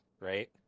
right